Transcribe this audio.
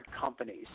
companies